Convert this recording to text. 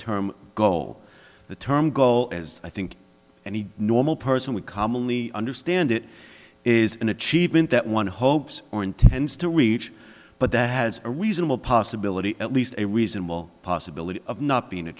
term goal the term goal as i think any normal person would commonly understand it is an achievement that one hopes or intends to reach but that has a reasonable possibility at least a reasonable possibility of not being a